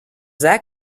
that